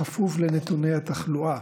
בכפוף לנתוני התחלואה.